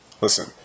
listen